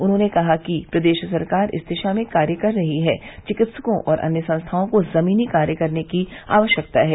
उन्हॉने कहा कि प्रदेश सरकार इस दिशा में कार्य कर रही है चिकित्सकों और अन्य संस्थाओं को जमीनी कार्य करने की आवश्यकता है